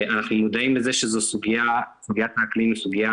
אנחנו מודעים לזה שסוגיית האקלים היא סוגיה